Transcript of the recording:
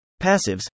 Passives